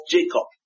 Jacob